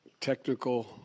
technical